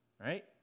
right